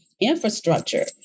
infrastructure